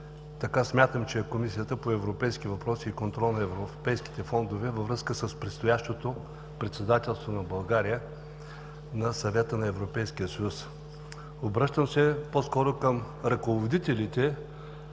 – смятам, че е Комисията по европейски въпроси и контрол на европейските фондове във връзка с предстоящото председателство на България на Съвета на Европейския съюз. Обръщам се по-скоро към ръководителите